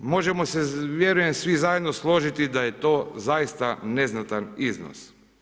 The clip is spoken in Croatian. Možemo se vjerujem svi zajedno složiti da je to zaista neznatan iznos.